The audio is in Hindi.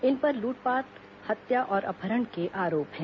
इन पर लूटपाट हत्या और अपहरण के आरोप हैं